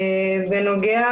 לגבי